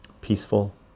peaceful